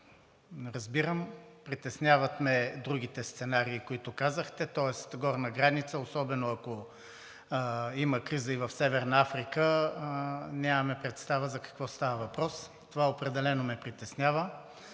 разбирам. Притесняват ме другите сценарии, които казахте, тоест горна граница, особено ако има криза и в Северна Африка, нямаме представа за какво става въпрос. Това определено ме притеснява.